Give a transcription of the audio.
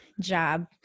job